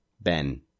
Ben